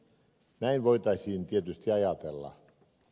näin voitaisiin tietysti ajatella